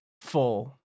full